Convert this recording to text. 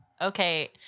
Okay